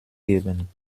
geben